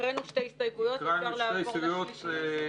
הקראנו שתי הסתייגויות, ואפשר לעבור לשלישית.